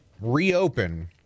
reopen